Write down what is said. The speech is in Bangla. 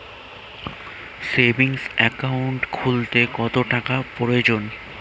সেভিংস একাউন্ট খুলতে কত টাকার প্রয়োজন?